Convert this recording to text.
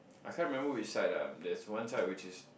I can't remember which side ah there's one side which is